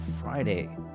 Friday